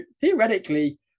theoretically